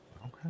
okay